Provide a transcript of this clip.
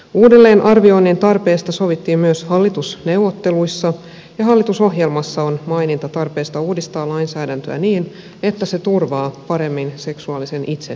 uudelleenarvioinnin tarpeesta sovittiin myös hallitusneuvotteluissa ja hallitusohjelmassa on maininta tarpeesta uudistaa lainsäädäntöä niin että se turvaa paremmin seksuaalisen itsemääräämisoikeuden